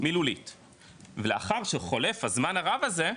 מילולית ולאחר שחולף הזמן הרב הזה,